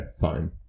fine